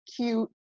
cute